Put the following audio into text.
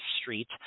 Street